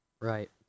Right